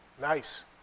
nice